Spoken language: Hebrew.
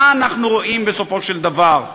מה אנחנו רואים בסופו של דבר?